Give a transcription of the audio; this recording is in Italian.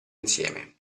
insieme